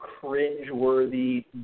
cringeworthy